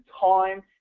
time